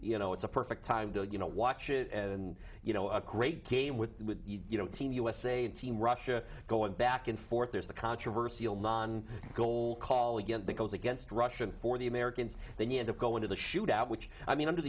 you know it's a perfect time to you know watch it and you know a great game with you know team usa team russia going back and forth there's the controversy all non goal call again that goes against russian for the americans they need to go into the shootout which i mean under